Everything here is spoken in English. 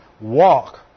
walk